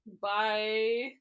Bye